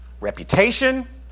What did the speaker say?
reputation